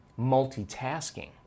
multitasking